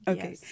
Okay